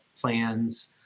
plans